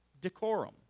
decorum